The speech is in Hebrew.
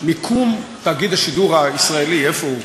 מיקום תאגיד השידור הישראלי, איפה הוא?